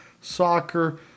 soccer